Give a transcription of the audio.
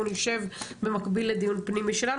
אנחנו נשב במקביל לדיון פנימי שלנו,